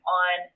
on